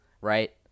right